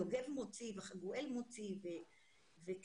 יוגב מוציא, חגואל מוציא וקרול.